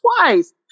twice